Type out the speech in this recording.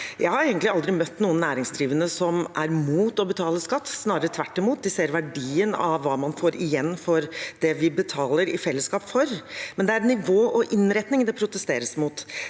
Jeg har egentlig aldri møtt noen næringsdrivende som er mot å betale skatt, snarere tvert imot, de ser verdien av hva man får igjen for det vi i fellesskap betaler for, men det er nivå og innretning det protesteres mot.